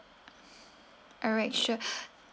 alright sure